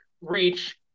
reach